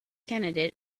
candidate